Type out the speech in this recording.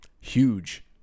Huge